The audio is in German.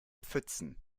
pfützen